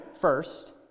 first